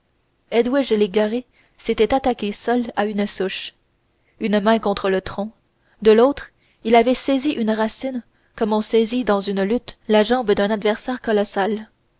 edwige légaré s'était attaqué seul à une souche une main contre le tronc de l'autre il avait saisi une racine comme on saisit dans une lutte la jambe d'un adversaire colossal